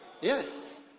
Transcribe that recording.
Yes